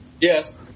Yes